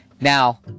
Now